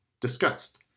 discussed